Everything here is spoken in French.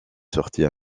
sortie